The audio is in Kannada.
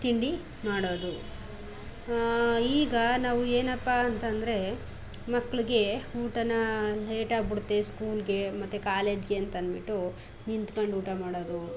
ತಿಂಡಿ ಮಾಡೋದು ಈಗ ನಾವು ಏನಪ್ಪಾ ಅಂತ ಅಂದ್ರೆ ಮಕ್ಳಿಗೆ ಊಟನ ಲೇಟ್ ಆಗಿಬಿಡುತ್ತೆ ಸ್ಕೂಲಿಗೆ ಮತ್ತು ಕಾಲೇಜಿಗೆ ಅಂತಂದ್ಬಿಟ್ಟು ನಿಂತ್ಕೊಂಡು ಊಟ ಮಾಡೋದು